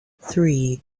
three